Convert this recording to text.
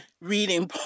reading